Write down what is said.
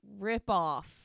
ripoff